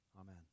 Amen